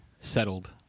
settled